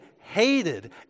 hated